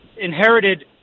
inherited